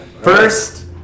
First